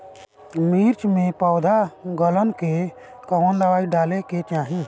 मिर्च मे पौध गलन के कवन दवाई डाले के चाही?